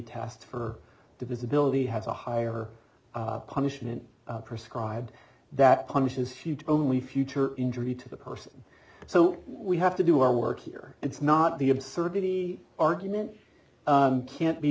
tast for divisibility has a higher punishment prescribe that punishes huge only future injury to the person so we have to do our work here it's not the absurdity argument can't be